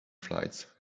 flights